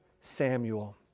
Samuel